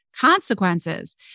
consequences